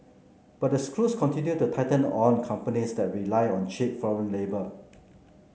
but the screws continue to tighten on companies that rely on cheap foreign labour